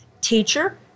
Teacher